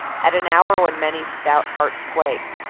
at an hour when many stout hearts quaked.